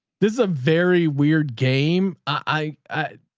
this is a very weird game. i, i,